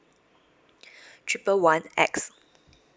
triple one X